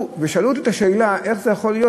ושאלו אותו את השאלה, איך זה יכול להיות?